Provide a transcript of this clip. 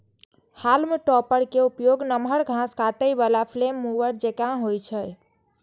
हाल्म topper के उपयोग नमहर घास काटै बला फ्लेम मूवर जकां होइ छै